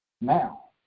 now